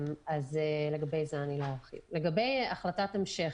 לגבי החלטת המשך,